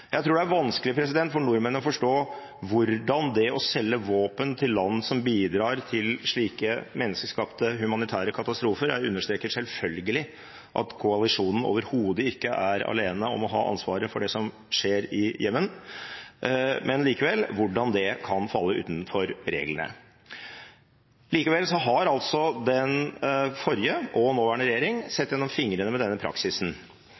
Jeg tror det er vanskelig for nordmenn å forstå hvordan det å selge våpen til land som bidrar til slike menneskeskapte humanitære katastrofer – jeg understreker selvfølgelig at koalisjonen overhodet ikke er alene om å ha ansvaret for det som skjer i Jemen, men likevel – kan falle utenfor reglene. Likevel har den forrige og den nåværende regjering sett gjennom fingrene med denne praksisen.